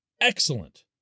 excellent